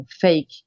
fake